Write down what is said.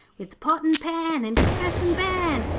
with pot and pan and curse and ban,